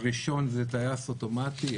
הראשון זה טייס אוטומטי,